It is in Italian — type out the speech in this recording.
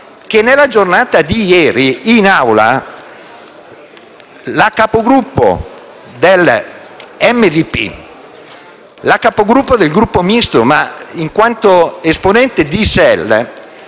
che nella giornata di ieri, in Assemblea, la Capogruppo di MDP e la Capogruppo del Gruppo Misto (ma in quanto esponente di SEL)